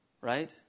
right